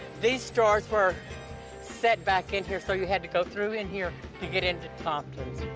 these doors were set back in here so you had to go through in here to get into compton's.